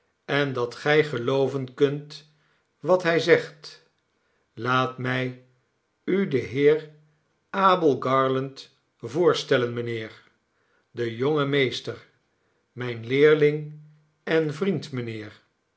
en dat gij gelooven kunt wat hij zegt laat mij u den heer abel garland voorstellen mijnheer de jonge meester mijn leerling en vriend mijnheer